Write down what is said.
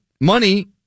money